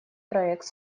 проект